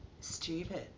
stupid